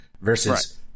versus